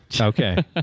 Okay